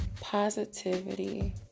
positivity